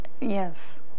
Yes